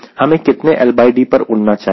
हमें कितने LD पर उड़ना चाहिए